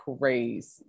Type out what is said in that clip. crazy